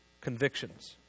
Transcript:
Convictions